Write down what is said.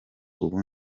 ubu